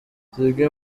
zimwe